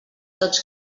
tots